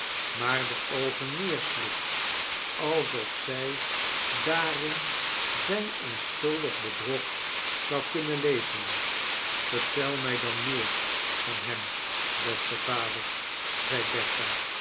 maar de oogen neersloeg alsof zij daarin zijn onschuldig bedrog zou kunnen lezen vertel mij dan meer van hem beste vader zei